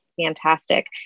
fantastic